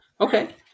Okay